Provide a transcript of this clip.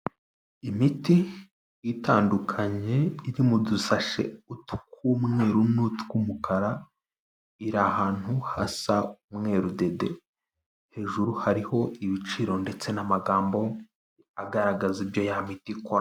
Imiti itandukanye iri mudusashe utw'umweru ubururu n'utw'umukara iri ahantu hasa umweru dede. Hejuru hariho ibiciro ndetse n'amagambo agaragaza ibyo ya mita ikora.